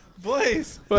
Blaze